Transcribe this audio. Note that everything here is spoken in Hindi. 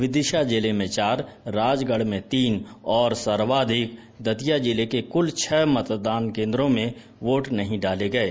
विदिशा जिले में चार राजगढ़ में तीन और सर्वाधिक दतिया जिले के कुल छह मतदान केन्द्रों में वोट नहीं डाले गये